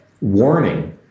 warning